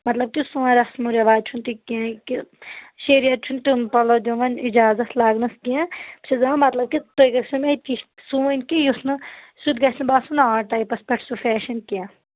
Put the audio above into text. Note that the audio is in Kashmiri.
مطلب کہِ سون رسمو رِواج چھُنہٕ تہِ کیٚنٛہہ کہِ شریعت چھُنہٕ تِم پَلو دِوان اِجازت لاگنَس کینٛہہ بہٕ چھَس دَپان مطلب کہِ تُہۍ گٔژھِو مےٚ تِتھۍ سُوٕنۍ کہِ یُس نہٕ سُہ تہِ گژھِ نہٕ باسُن آڈ ٹایپَس پٮ۪ٹھ سُہ فیشَن کیٚنٛہہ